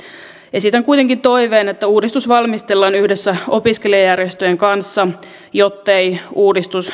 esitän kuitenkin toiveen että uudistus valmistellaan yhdessä opiskelijajärjestöjen kanssa jottei uudistus